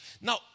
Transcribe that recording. Now